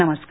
नमस्कार